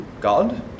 God